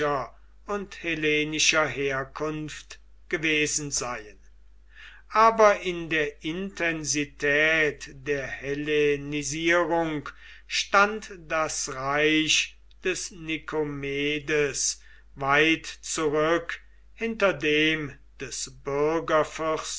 und hellenischer herkunft gewesen seien aber in der intensität der hellenisierung stand das reich des nikomedes weit zurück hinter dem des